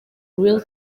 real